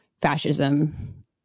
fascism